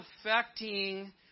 affecting